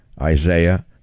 Isaiah